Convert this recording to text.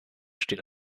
steht